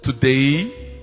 today